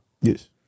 Yes